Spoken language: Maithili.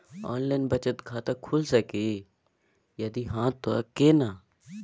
ऑनलाइन बचत खाता खुलै सकै इ, यदि हाँ त केना?